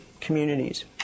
communities